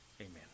Amen